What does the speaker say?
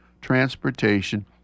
transportation